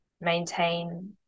maintain